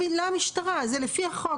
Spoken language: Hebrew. --- המשטרה, זה לפי החוק.